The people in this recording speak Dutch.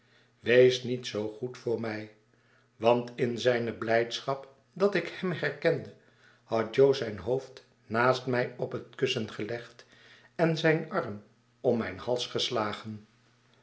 wees niet zoo goed voor mij want in z'yne blijdschap dat ik hem herkende had jo zijn hoofd naast mij op het kussen gelegd en zijn arm om mijn hals geslagen